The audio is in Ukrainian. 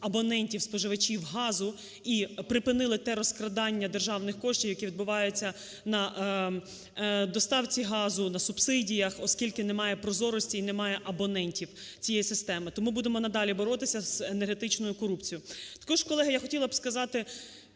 абонентів споживачів газу і припинили те розкрадання державних коштів, які відбуваються на доставці газу, на субсидіях, оскільки немає прозорості і немає абонентів цієї системи. Тому будемо надалі боротися з енергетичною корупцією. Також, колеги, я хотіла б сказати: